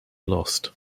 lost